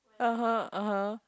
(uh huh) (uh huh)